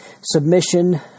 Submission